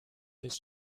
est